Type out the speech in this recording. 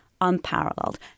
unparalleled